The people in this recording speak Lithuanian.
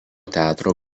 teatro